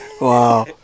Wow